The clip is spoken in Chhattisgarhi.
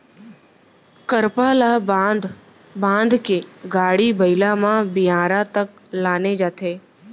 करपा ल बांध बांध के गाड़ी बइला म बियारा तक लाने जाथे